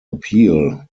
appeal